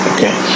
Okay